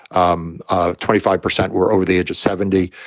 um ah twenty five percent were over the age of seventy.